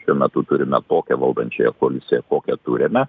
šiuo metu turime tokią valdančiąją koaliciją kokią turime